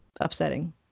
upsetting